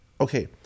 okay